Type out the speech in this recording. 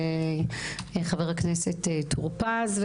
חבר כנסת טור פז,